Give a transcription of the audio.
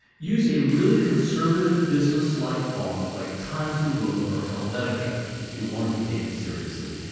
use a really conservative, businesslike font like times new roman or helvetica if you want to be taken seriously.